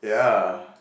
so